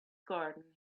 garden